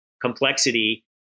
complexity